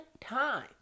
time